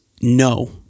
no